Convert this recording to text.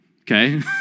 okay